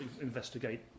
investigate